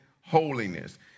holiness